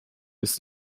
ist